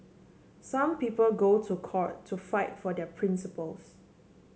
some people go to court to fight for their principles